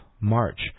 March